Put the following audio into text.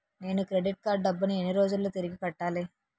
నేను credit card డబ్బును ఎన్ని రోజుల్లో తిరిగి కట్టాలి?